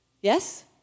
Yes